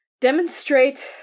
Demonstrate